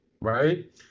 right